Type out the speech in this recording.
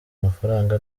amafaranga